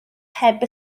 heb